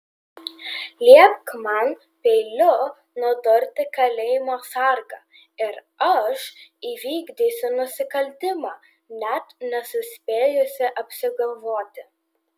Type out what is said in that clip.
liepk man peiliu nudurti kalėjimo sargą ir aš įvykdysiu nusikaltimą net nesuspėjusi apsigalvoti